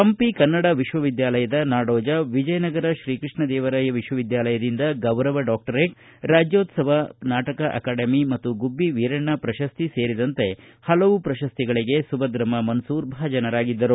ಪಂಪಿ ಕನ್ನಡ ವಿಶ್ವವಿದ್ಯಾಲಯದ ನಾಡೋಜ ವಿಜಯನಗರ ಶ್ರೀಕೃಷ್ಣ ದೇವರಾಯ ವಿಶ್ವವಿದ್ಯಾಯಲಯದ ಗೌರವ ಡಾಕ್ಟರೇಟ್ ರಾಜ್ಕೋತ್ಸವ ನಾಟಲ ಅಕಾಡೆಮಿ ಮತ್ತು ಗುಜ್ಜಿ ವೀರಣ್ಣ ಪ್ರಶಸ್ತಿ ಸೇರಿದಂತೆ ಪಲವು ಪ್ರಶಸ್ತಿಗಳಿಗೆ ಸುಭದ್ರಮ್ಮ ಮನ್ಸೂರ್ ಭಾಜನರಾಗಿದ್ದರು